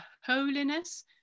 holiness